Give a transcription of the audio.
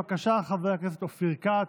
בבקשה, חבר הכנסת אופיר כץ.